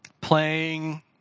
playing